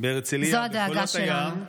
בהרצליה בחולות הים, זאת הדאגה שלנו.